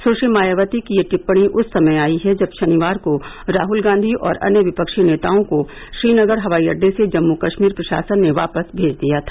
सुश्री मायावती की यह टिपणी उस समय आई है जब शनिवार को राहुल गांवी और अन्य विपक्षी नेताओं को श्रीनगर हवाई अड्डे से जम्मू कश्मीर प्रशासन ने वापस भेज दिया था